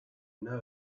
know